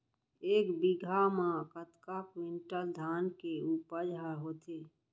एक बीघा म कतका क्विंटल धान के उपज ह होथे?